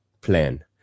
plan